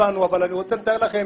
הבנו, אבל אני רוצה לתאר לכם